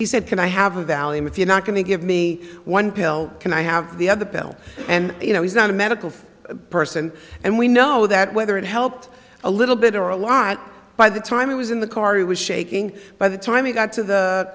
he said can i have a value if you're not going to give me one pill can i have the other pill and you know he's not a medical person and we know that whether it helped a little bit or a lot by the time he was in the car he was shaking by the time he got to the